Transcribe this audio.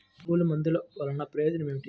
పురుగుల మందుల వల్ల ప్రయోజనం ఏమిటీ?